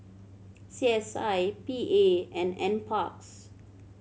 C S I P A and Nparks